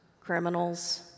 criminals